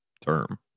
term